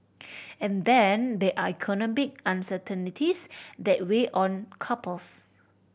and then there are economic uncertainties that weigh on couples